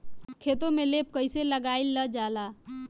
खेतो में लेप कईसे लगाई ल जाला?